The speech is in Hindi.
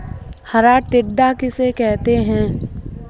हरा टिड्डा किसे कहते हैं?